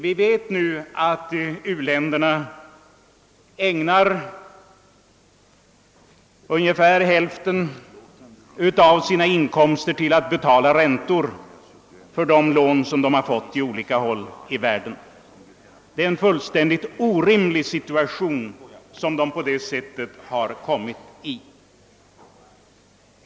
Vi vet att u-länderna använder ungefär hälften av sina inkomster till att betala räntor på de lån som erhållits på olika håll i världen, och de har härigenom råkat i en fullständigt orimlig situation.